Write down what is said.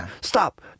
stop